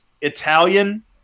Italian